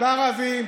בערבים,